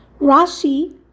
Rashi